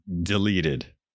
deleted